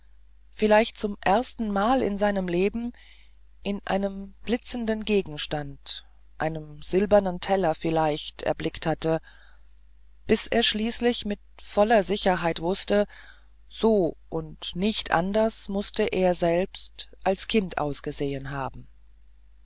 vielleicht zum erstenmal in seinem leben in einem blitzenden gegenstand einem silbernen teller vielleicht erblickt hatte bis er schließlich mit voller sicherheit wußte so und nicht anders mußte er selbst als kind ausgesehen haben